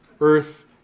earth